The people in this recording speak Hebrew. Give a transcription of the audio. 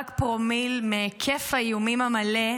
רק פרומיל מהיקף האיומים המלא,